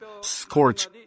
scorch